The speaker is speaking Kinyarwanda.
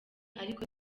ariko